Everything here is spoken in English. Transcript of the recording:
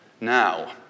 now